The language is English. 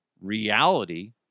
reality